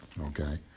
okay